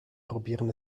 probieren